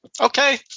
okay